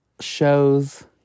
shows